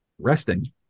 resting